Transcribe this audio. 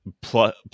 plus